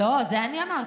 לא, את זה אני אמרתי.